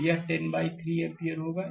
तो यह 10बाइ3 एम्पीयर होगा